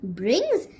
brings